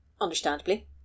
understandably